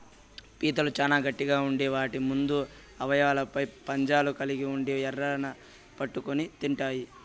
పీతలు చానా గట్టిగ ఉండి వాటి ముందు అవయవాలపై పంజాలు కలిగి ఉండి ఎరలను పట్టుకొని తింటాయి